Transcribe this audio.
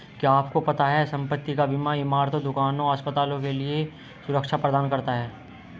क्या आपको पता है संपत्ति का बीमा इमारतों, दुकानों, अस्पतालों के लिए सुरक्षा प्रदान करता है?